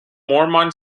mormon